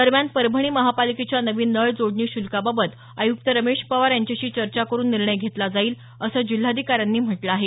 दरम्यान परभणी महापालिकेच्या नवीन नळ जोडणी शुल्काबाबत आयुक्त रमेश पवार यांच्याशी चर्चा करून निर्णय घेतला जाईल असं जिल्हाधिकाऱ्यांनी म्हटलं आहे